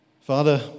Father